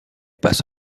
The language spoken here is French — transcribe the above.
passe